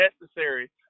necessary